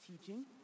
teaching